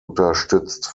unterstützt